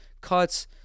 cuts